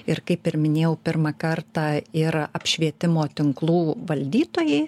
ir kaip ir minėjau pirmą kartą ir apšvietimo tinklų valdytojai